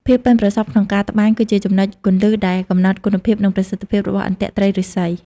ភាពប៉ិនប្រសប់ក្នុងការត្បាញគឺជាចំណុចគន្លឹះដែលកំណត់គុណភាព និងប្រសិទ្ធភាពរបស់អន្ទាក់ត្រីឫស្សី។